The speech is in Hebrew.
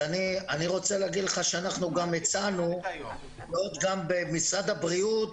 הצענו גם למשרד הבריאות,